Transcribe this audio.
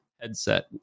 headset